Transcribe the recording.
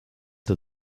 that